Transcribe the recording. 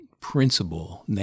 principle